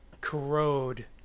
corrode